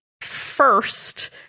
first